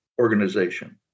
organization